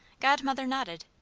godmother nodded.